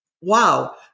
wow